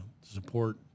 support